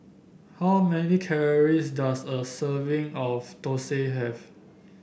how many calories does a serving of thosai have